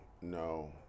No